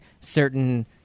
certain